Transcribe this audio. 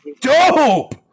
dope